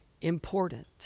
important